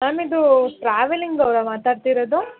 ma'am ಇದು travelling ಅವರಾ ಮಾತಾಡ್ತಿರೋದು